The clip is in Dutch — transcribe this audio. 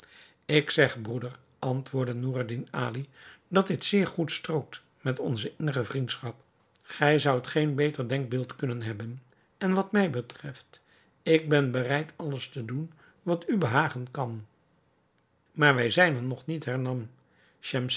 ik zeg broeder antwoordde noureddin ali dat dit zeer goed strookt met onze innige vriendschap gij zoudt geen beter denkbeeld kunnen hebben en wat mij betreft ik ben bereid alles te doen wat u behagen kan maar wij zijn er nog niet